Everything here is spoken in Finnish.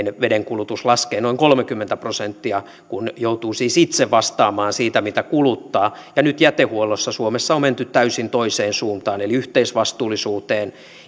vedenkulutus laskee noin kolmekymmentä prosenttia kun joutuu siis itse vastaamaan siitä mitä kuluttaa ja nyt jätehuollossa suomessa on menty täysin toiseen suuntaan eli yhteisvastuullisuuteen